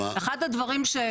אחד הדברים,